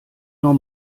nur